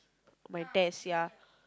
my tests yea